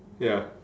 ya